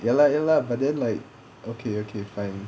ya lah ya lah but then like okay okay fine